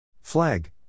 Flag